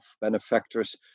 benefactors